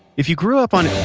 if you grew up on.